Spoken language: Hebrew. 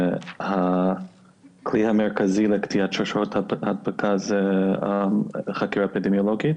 הכלי המרכזי לקטיעת שרשראות הדבקה הוא חקירה אפידמיולוגית,